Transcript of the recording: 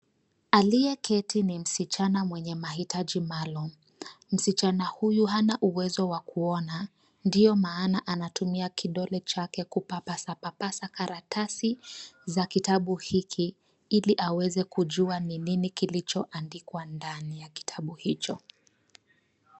Aliyeketi ni msichana mwenye mahitaji maalumu. Msichana huyu hana uwezo wa kuona, ndio maana anatumia kidole chake kupapasapapasa karatasi za kitabu hiki, ili aweze kujua ni nini kilichoandikwa ndani ya kitabu hicho.